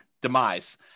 demise